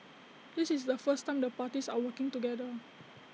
this is the first time the parties are working together